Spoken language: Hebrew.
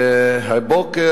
והבוקר,